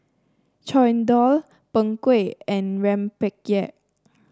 chendol Png Kueh and rempeyek